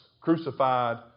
crucified